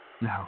No